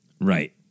Right